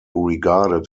regarded